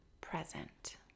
present